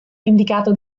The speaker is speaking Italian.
indicato